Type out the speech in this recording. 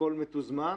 הכול מתוזמן.